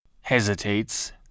hesitates